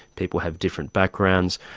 people have different backgrounds.